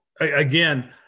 again